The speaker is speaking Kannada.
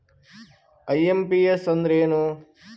ಐ.ಎಂ.ಪಿ.ಎಸ್ ಅಂದ್ರ ಏನು?